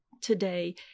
today